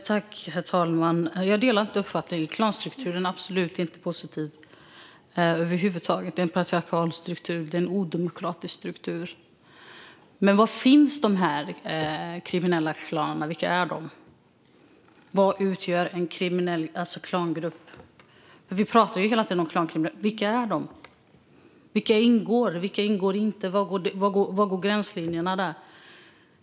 Herr talman! Jag delar inte den uppfattningen. Klanstrukturen är absolut inte positiv, inte över huvud taget. Det är en patriarkal struktur. Det är en odemokratisk struktur. Men var finns de här kriminella klanerna? Vilka är de? Vad utgör en kriminell klangrupp? Vi pratar ju hela tiden om klankriminella. Vilka är de? Vilka ingår, och vilka ingår inte? Var går gränslinjerna där?